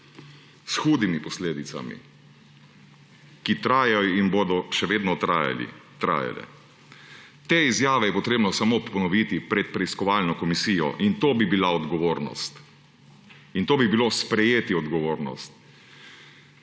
s hudimi posledicami, ki trajajo in bodo še vedno trajale. Te izjave je potrebno samo ponoviti pred preiskovalno komisijo in to bi bila odgovornost in to bi bilo sprejeti odgovornost.